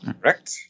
Correct